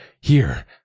here